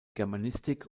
germanistik